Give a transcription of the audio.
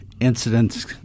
incidents